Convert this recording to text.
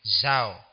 zao